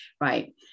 right